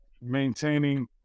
maintaining